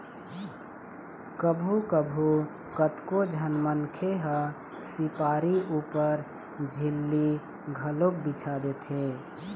कभू कभू कतको झन मनखे ह झिपारी ऊपर झिल्ली घलोक बिछा देथे